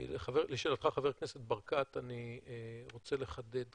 לשאלתך, חבר הכנסת ברקת, אני רוצה לחדד כך: